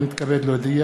הנני מתכבד להודיעכם,